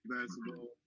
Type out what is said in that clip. basketball